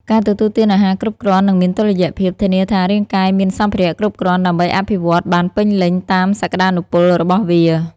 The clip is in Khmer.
ការទទួលទានអាហារគ្រប់គ្រាន់ និងមានតុល្យភាព ធានាថារាងកាយមានសម្ភារៈគ្រប់គ្រាន់ដើម្បីអភិវឌ្ឍបានពេញលេញតាមសក្តានុពលរបស់វា។